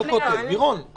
לא הכותל, מירון.